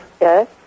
Yes